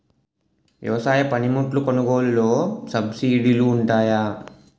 వ్యవసాయ పనిముట్లు కొనుగోలు లొ సబ్సిడీ లు వుంటాయా?